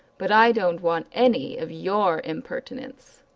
but i don't want any of your impertinence.